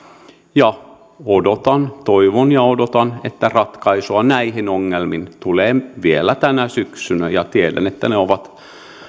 odotan toivon ja odotan että ratkaisu näihin ongelmiin tulee vielä tänä syksynä tiedän että ne ovat